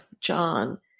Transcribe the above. John